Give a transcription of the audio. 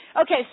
Okay